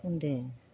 बुंन्दो